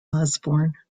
osborne